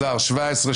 הצבעה לא אושרה.